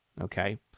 okay